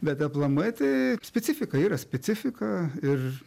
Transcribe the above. bet aplamai tai specifika yra specifika ir